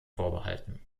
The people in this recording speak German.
vorbehalten